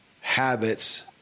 habits